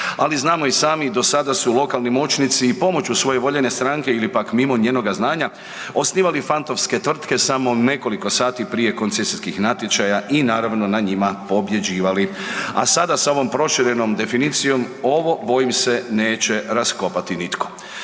ali znamo i sami do sada su lokalni moćnici i pomoću svoje voljene stranke ili pak mimo njenoga znanja osnivali fantomske tvrtke samo nekoliko sati prije koncesijskih natječaja i naravno na njima pobjeđivali. A sada sa ovom proširenom definicijom ovo bojim se neće raskopati nitko.